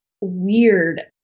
weird